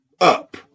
up